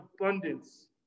abundance